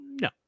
no